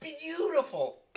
Beautiful